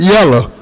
Yellow